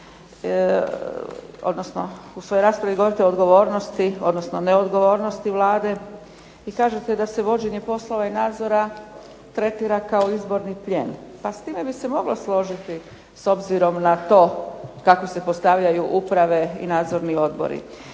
odnosno u svojoj raspravi govorite o odgovornosti, odnosno neodgovornosti Vlade i kažete da se vođenje poslova i nadzora tretira kao izborni plijen. Pa s time bi se mogla složiti s obzirom na to kako se postavljaju uprave i nadzorni odbori.